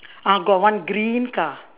uh got one green car